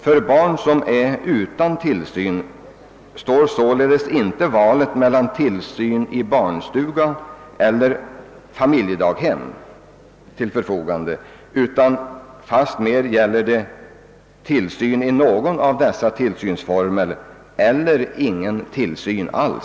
För barn som är utan tillsyn står således inte valet mellan tillsyn i barnstuga eller i familjedaghem, utan fastmer gäller det ett val mellan tillsyn i någon av dessa tillsynsformer eller ingen tillsyn alls.